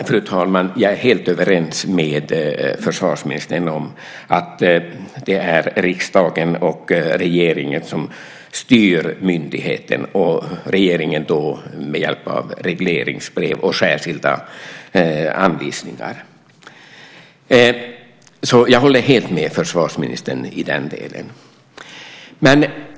Fru talman! Jag är helt överens med försvarsministern om att det är riksdagen och regeringen som styr myndigheten - regeringen med hjälp av regleringsbrev och särskilda anvisningar. Jag håller alltså helt med försvarsministern i den delen.